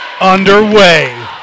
underway